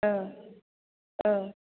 औ औ